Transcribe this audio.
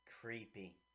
creepy